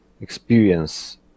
experience